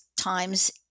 times